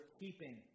keeping